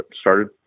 started